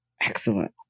Excellent